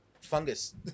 fungus